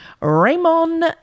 Raymond